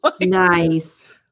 Nice